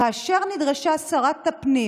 כאשר נדרשה שרת הפנים